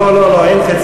לא, לא, לא, אין חצי-חצי.